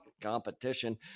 competition